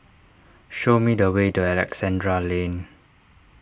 show me the way to Alexandra Lane